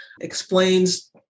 explains